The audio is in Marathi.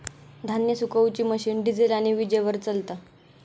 धान्य सुखवुची मशीन डिझेल आणि वीजेवर चलता